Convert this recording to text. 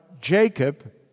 Jacob